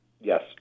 Yes